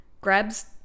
grabs